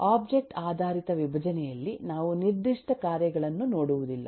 object ಆಧಾರಿತ ವಿಭಜನೆಯಲ್ಲಿ ನಾವು ನಿರ್ದಿಷ್ಟ ಕಾರ್ಯಗಳನ್ನು ನೋಡುವುದಿಲ್ಲ